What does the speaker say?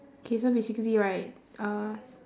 okay so basically right uh